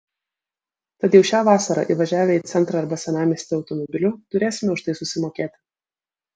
tad jau šią vasarą įvažiavę į centrą arba senamiestį automobiliu turėsime už tai susimokėti